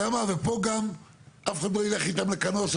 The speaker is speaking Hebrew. לפעמים כבר עלולות להפר את איכות התכנון,